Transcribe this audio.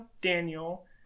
daniel